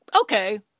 okay